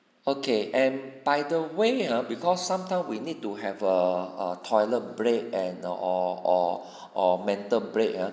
okay and by the way ah because sometimes we need to have a a toilet break and or or or mental break ah